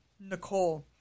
Nicole